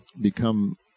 become